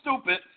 stupid